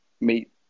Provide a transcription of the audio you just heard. meet